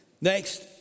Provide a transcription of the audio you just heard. Next